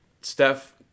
steph